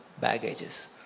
baggages